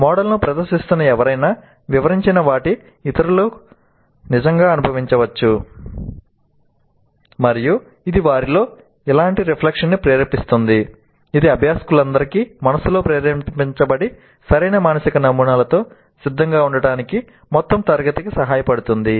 మోడల్ను ప్రదర్శిస్తున్న ఎవరైనా వివరించిన వాటిని ఇతరులు నిజంగా అనుభవించవచ్చు మరియు ఇది వారిలో ఇలాంటి రిఫ్లెక్షన్ ని ప్రేరేపిస్తుంది ఇది అభ్యాసకులందరి మనస్సులలో ప్రేరేపించబడిన సరైన మానసిక నమూనాలతో సిద్ధంగా ఉండటానికి మొత్తం తరగతికి సహాయపడుతుంది